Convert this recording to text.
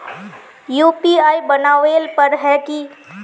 UPI बनावेल पर है की?